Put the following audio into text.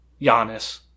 Giannis